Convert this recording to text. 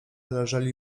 leżeli